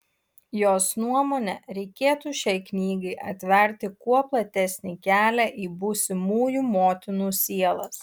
jos nuomone reikėtų šiai knygai atverti kuo platesnį kelią į būsimųjų motinų sielas